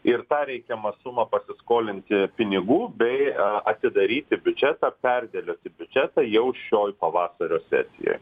ir tą reikiamą sumą pasiskolinti pinigų bei atidaryti biudžetą perdėlioti biudžetą jau šioj pavasario sesijoj